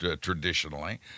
traditionally